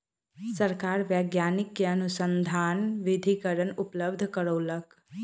सरकार वैज्ञानिक के अनुसन्धान निधिकरण उपलब्ध करौलक